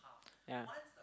ya